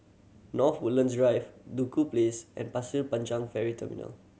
North Woodlands Drive Duku Place and Pasir Panjang Ferry Terminal